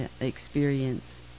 experience